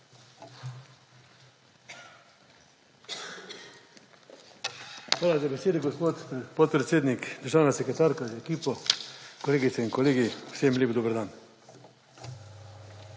Hvala za besedo, gospod podpredsednik. Državna sekretarka z ekipo, kolegice in kolegi, vsem lep dober dan.